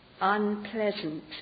unpleasant